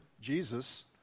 Jesus